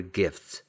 gifts